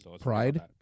Pride